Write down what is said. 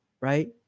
right